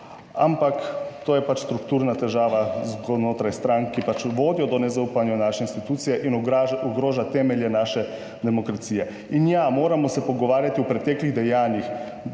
Ampak to je pač strukturna težava znotraj strank, ki pač vodijo do nezaupanja v naše institucije in ogroža temelje naše demokracije. In ja, moramo se pogovarjati o preteklih dejanjih,